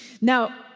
Now